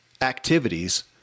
activities